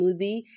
smoothie